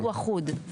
הוא אחוד.